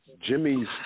Jimmy's